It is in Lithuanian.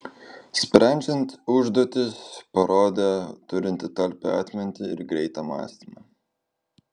sprendžiant užduotis parodė turinti talpią atmintį ir greitą mąstymą